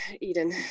eden